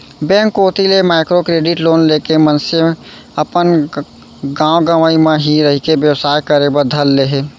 bank कोती ले micro credit loan लेके मनसे अपन गाँव गंवई म ही रहिके बेवसाय करे बर धर ले हे